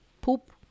poop